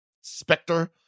specter